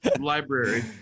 library